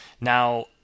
Now